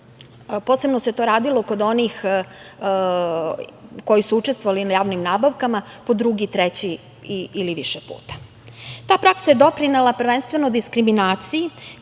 proveri. Posebno se to radilo kod onih koji su učestvovali na javnim nabavkama, po drugi i treći ili više puta. Ta praksa je doprinela prvenstveno diskriminaciji